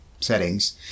settings